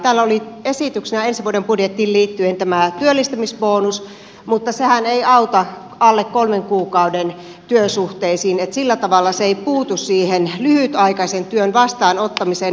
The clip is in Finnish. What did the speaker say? täällä oli esityksenä ensi vuoden budjettiin liittyen tämä työllistämisbonus mutta sehän ei auta alle kolmen kuukauden työsuhteisiin että sillä tavalla se ei puutu siihen lyhytaikaisen työn vastaanottamiseen